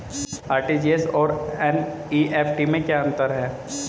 RTGS और NEFT में क्या अंतर है?